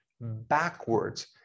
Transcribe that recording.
backwards